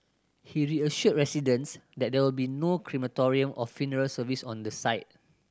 he reassured residents that there will be no crematorium or funeral service on the site